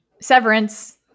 Severance